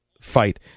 fight